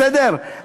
בסדר?